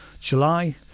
July